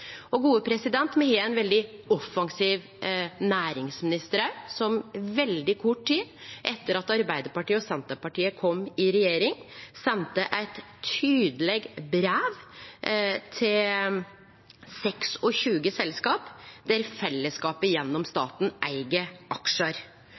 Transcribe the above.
Me har òg ein veldig offensiv næringsminister, som veldig kort tid etter at Arbeidarpartiet og Senterpartiet kom i regjering, sende eit tydeleg brev til 26 selskap der fellesskapet gjennom